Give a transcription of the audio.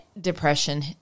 depression